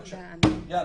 בבקשה, יאללה.